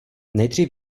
nejdřív